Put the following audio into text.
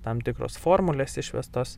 tam tikros formulės išvestos